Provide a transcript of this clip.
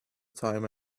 time